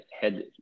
head